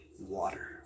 water